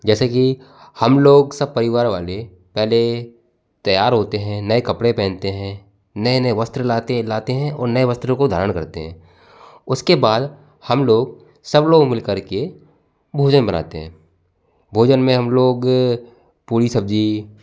जैसे कि हम लोग सब परिवार वाले पहले तैयार होते हैं नए कपड़े पहनते हैं नए नए वस्त्र लाते हैं लाते हैं और नए वस्त्रों को धारण करते हैं उसके बाद हम लोग सब लोग मिलकर के भोजन बनाते हैं भोजन में हम लोग पूड़ी सब्ज़ी